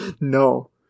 No